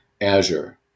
Azure